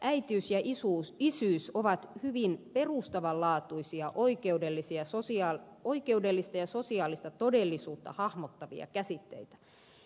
äitiys ja isyys ovat hyvin perustavanlaatuisia oikeudellista ja sosiaalista todellisuutta hahmottavia käsitteitä